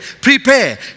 Prepare